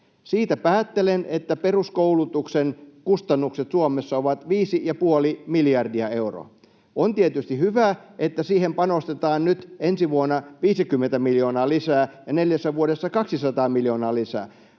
Siitä päättelen, että peruskoulutuksen kustannukset Suomessa ovat 5,5 miljardia euroa. On tietysti hyvä, että siihen panostetaan nyt ensi vuonna 50 miljoonaa lisää ja neljässä vuodessa 200 miljoonaa lisää,